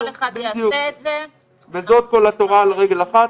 אם כל אחד יעשה את זה --- וזאת כל התורה על רגל אחת,